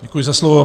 Děkuji za slovo.